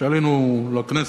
כשעלינו לכנסת,